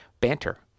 banter